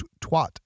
twat